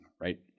right